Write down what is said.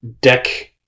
deck